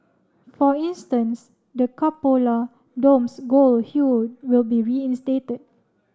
for instance the cupola dome's gold hue will be reinstated